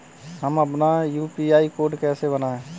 हम अपना UPI code कैसे बनाएँ?